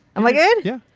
am i good? yeah.